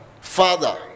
Father